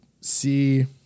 see